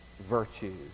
virtues